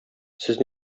сез